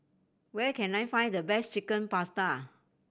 where can I find the best Chicken Pasta